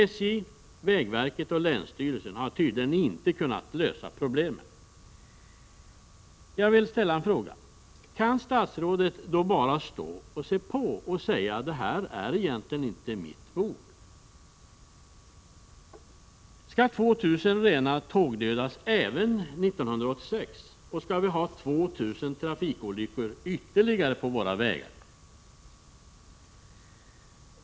SJ, vägverket och länsstyrelsen har tydligen inte kunnat lösa problemen. Kan statsrådet då bara stå och se på och säga ”det här är egentligen inte mitt bord” medan vi får se en liknande utveckling? Skall 2 000 renar tågdödas även i år? Skall vi ha ytterligare 2 000 trafikolyckor på våra vägar?